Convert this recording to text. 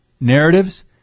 narratives